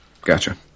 Gotcha